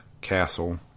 Castle